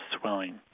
swelling